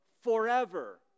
forever